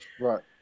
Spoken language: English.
Right